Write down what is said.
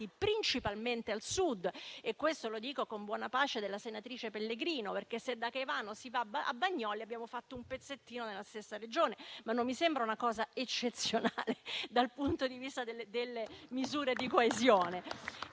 principalmente al Sud. Lo dico con buona pace della senatrice Pellegrino, perché se da Caivano si va a Bagnoli abbiamo fatto un pezzettino nella stessa Regione, ma non mi sembra una cosa eccezionale dal punto di vista delle misure di coesione.